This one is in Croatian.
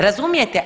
Razumijete?